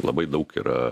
labai daug yra